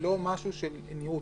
היא לא משהו של נראות.